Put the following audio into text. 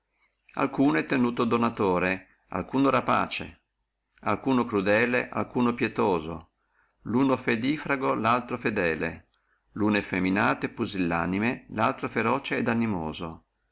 alcuno è tenuto donatore alcuno rapace alcuno crudele alcuno pietoso luno fedifrago laltro fedele luno effeminato e pusillanime laltro feroce et animoso